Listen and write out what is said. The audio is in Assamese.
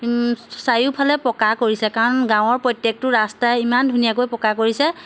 চাৰিওফালে পকা কৰিছে কাৰণ গাঁৱৰ প্ৰত্যেকটো ৰাস্তাই ইমান ধুনীয়াকৈ পকা কৰিছে